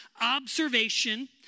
Observation